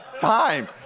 time